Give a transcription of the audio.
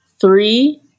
Three